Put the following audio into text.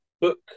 book